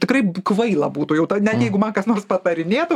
tikrai kvaila būtų net jeigu man kas nors patarinėtų